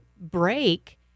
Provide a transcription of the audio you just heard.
break